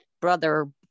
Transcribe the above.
Brother